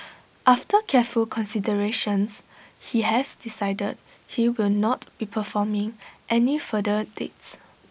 after careful consideration he has decided he will not be performing any further dates